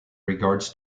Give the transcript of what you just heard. regards